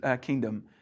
kingdom